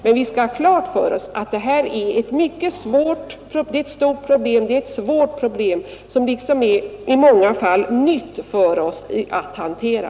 Men vi skall ha klart för oss att detta är ett mycket stort och svårt problem, som i många avseenden är nytt för oss att hantera.